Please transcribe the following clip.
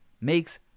Makes